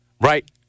right